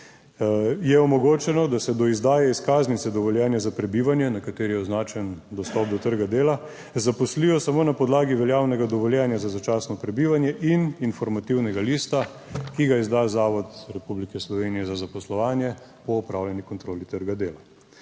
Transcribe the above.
je omogočeno, da se do izdaje izkaznice dovoljenja za prebivanje, na kateri je označen dostop do trga dela, zaposlijo samo na podlagi veljavnega dovoljenja za začasno prebivanje in informativnega lista, ki ga izda Zavod Republike Slovenije za zaposlovanje po opravljeni kontroli trga dela.